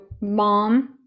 mom